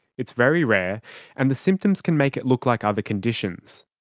it's very rare and the symptoms can make it look like other conditions.